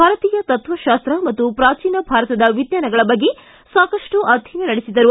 ಭಾರತೀಯ ತತ್ವಶಾಸ್ತ ಮತ್ತು ಪ್ರಾಚೀನ ಭಾರತದ ವಿಜ್ಞಾನಗಳ ಬಗ್ಗೆ ಸಾಕಷ್ಟು ಅಧ್ಯಯನ ನಡೆಸಿದ್ದರು